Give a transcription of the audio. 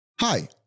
Hi